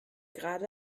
gerade